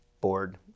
board